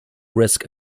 risk